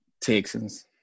Texans